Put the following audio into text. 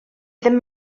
ddim